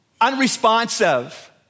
unresponsive